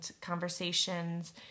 conversations